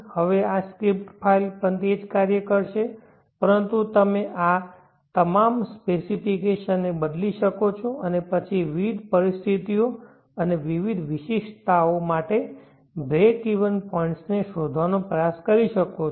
હવે આ script file પણ તે જ કાર્ય કરશે પરંતુ તમે આ તમામ સ્પેસિફિકેશન ને બદલી શકો છો અને પછી વિવિધ પરિસ્થિતિઓ અને વિવિધ વિશિષ્ટતાઓ માટેના બ્રેક ઇવન પોઇન્ટ્સને શોધવાનો પ્રયાસ કરી શકો છો